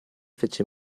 fece